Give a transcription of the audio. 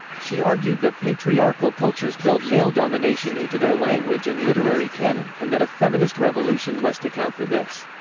she argued that patriarchal cultures build male domination into their language and literary canon, and that a feminist revolution must account for this.